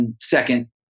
second